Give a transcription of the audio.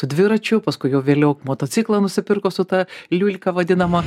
su dviračiu paskui vėliau motociklą nusipirko su ta liulka vadinama